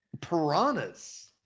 piranhas